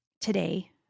today